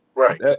Right